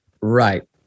Right